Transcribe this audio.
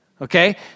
Okay